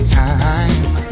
time